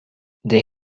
they